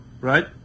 right